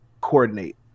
coordinate